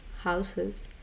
houses